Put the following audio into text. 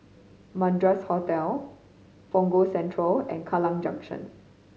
Madras Hotel Punggol Central and Kallang Junction